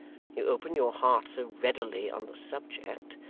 you open your heart so readily on the subject,